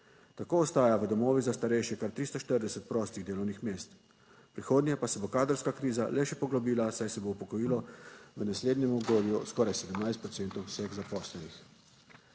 Tako ostaja v domovih za starejše kar 340 prostih delovnih mest, v prihodnje pa se bo kadrovska kriza le še poglobila, saj se bo upokojilo v naslednjem obdobju skoraj 17 procentov vseh zaposlenih.